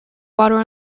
water